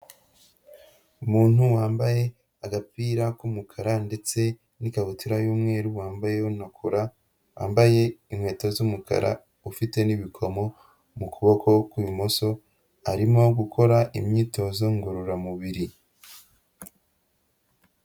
Umuntu wambaye agapira k'umukara ndetse n'ikabutura y'umweru, wambayeho na kora, wambaye inkweto z'umukara, ufite n'ibikomo mu kuboko kw'ibumoso, arimo gukora imyitozo ngororamubiri.